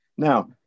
Now